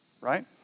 Right